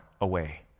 away